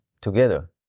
together